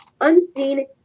Unseen